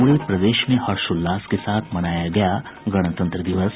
पूरे प्रदेश में हर्षोल्लास के साथ मनाया गया गणतंत्र दिवस